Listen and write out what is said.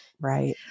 right